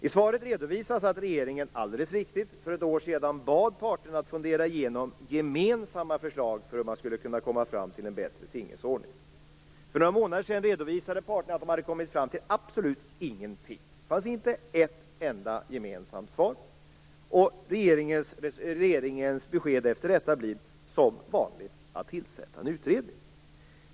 I svaret redovisas - alldeles riktigt - att regeringen för ett år sedan bad parterna att fundera igenom gemensamma förslag för hur man skulle kunna komma fram till en bättre tingens ordning. För några månader sedan redovisade parterna att de hade kommit fram till absolut ingenting. Det fanns inte ett enda gemensamt svar. Regeringens besked efter detta blir som vanligt att tillsätta en utredning.